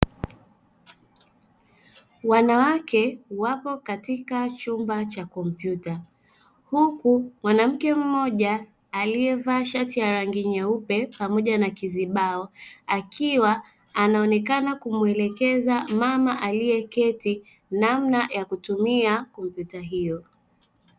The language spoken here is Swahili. Wanawake wapo katika chumba cha kompyuta, huku mwanamke mmoja alievaa shati la rangi nyeupe pamoja na kizibao akiwa anaonekana kumuelekeza mama alieketi namna ya kutumia kompyuta hiyo.